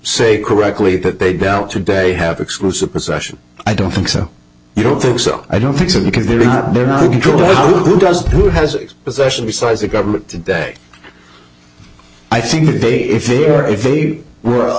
say correctly that they dealt today have exclusive possession i don't think so i don't think so i don't think so because they're not they're not good who does who has possession besides the government today i think they if they are if they were